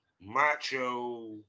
macho